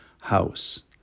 house